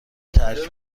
ترک